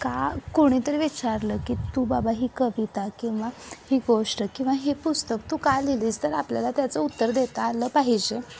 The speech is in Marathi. का कोणीतरी विचारलं की तू बाबा ही कविता किंवा ही गोष्ट किंवा हे पुस्तक तू का लिहिली आहेस तर आपल्याला त्याचं उत्तर देता आलं पाहिजे